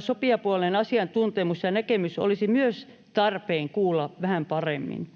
sopijapuolen asiantuntemus ja näkemys olisi myös tarpeen kuulla vähän paremmin.